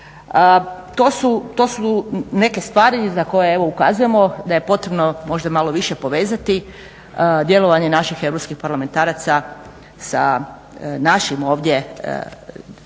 To su neke stvari za koje evo ukazujemo da je potrebno možda malo više povezati djelovanje naših europskih parlamentaraca sa našim ovdje raspravama.